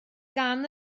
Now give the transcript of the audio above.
gan